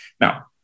Now